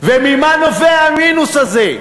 וממה נובע המינוס הזה?